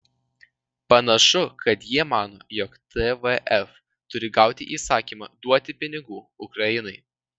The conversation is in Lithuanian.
panašu kad jie mano jog tvf turi gauti įsakymą duoti pinigų ukrainai